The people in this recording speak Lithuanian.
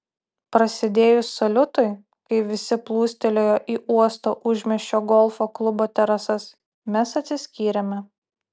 prasidėjus saliutui kai visi plūstelėjo į uosto užmiesčio golfo klubo terasas mes atsiskyrėme